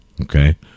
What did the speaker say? Okay